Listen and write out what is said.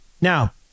Now